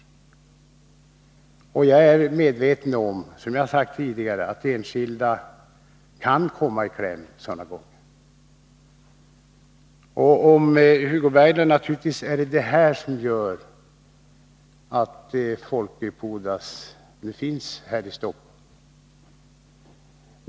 Som jag tidigare sagt är jag medveten om att enskilda kan komma i kläm i sådana fall, och, Hugo Bergdahl, det är naturligtvis detta som gör att Folke Pudas nu finns här i Stockholm.